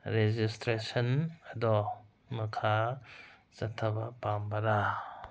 registration ꯑꯗꯣ ꯃꯈꯥ ꯆꯠꯊꯕ ꯄꯥꯝꯕꯔꯥ